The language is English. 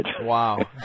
wow